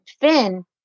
finn